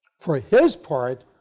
for his part,